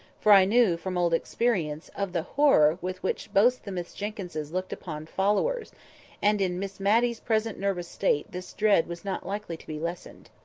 for i knew, from old experience, of the horror with which both the miss jenkynses looked upon followers and in miss matty's present nervous state this dread was not likely to be lessened.